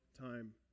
time